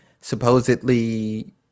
supposedly